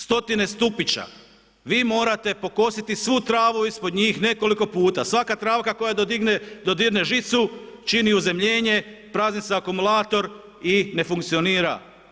Stotine stupića, vi morate pokositi svu travu ispod njih nekoliko puta, svaka travka koja dodirne žicu čini uzemljenje, prazni se akumulator i ne funkcionira.